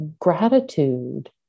gratitude